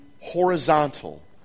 Horizontal